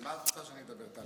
על מה את רוצה שאני אדבר, טלי?